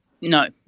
no